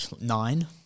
Nine